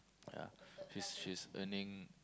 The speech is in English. yeah she's she's earning